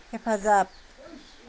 हेफाजाब